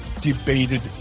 debated